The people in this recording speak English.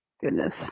Goodness